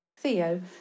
Theo